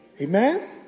Amen